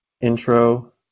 Intro